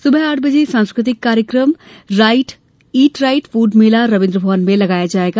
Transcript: सुबह आठ बजे सांस्कृतिक कार्यक्रम ईट राइट फूड मेला रवीन्द्र भवन में लगाया जायेगा